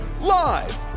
live